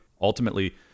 Ultimately